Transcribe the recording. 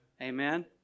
amen